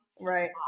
Right